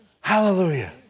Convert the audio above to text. Hallelujah